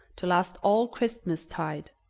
to last all christmas-tide,